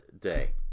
day